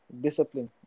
Discipline